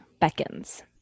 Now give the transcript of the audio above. Beckons